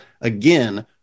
again